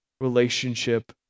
relationship